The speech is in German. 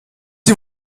die